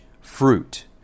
fruit